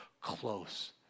close